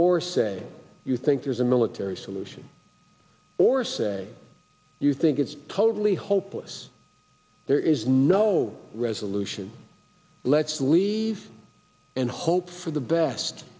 or say you think there's a military solution or say you think it's totally hopeless there is no resolution let's leave and hope for the best